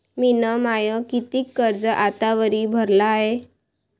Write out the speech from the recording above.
मिन माय कितीक कर्ज आतावरी भरलं हाय?